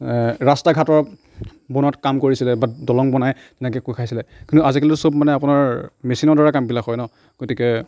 ৰাস্তা ঘাটৰ বনোৱাত কাম কৰিছিলে বাত দলং বনাই তেনেকৈ কৰি খাইছিলে কিন্তু আজিকালিটো চব মানে আপোনাৰ মেচিনৰদ্বাৰাই কামবিলাক হয় ন গতিকে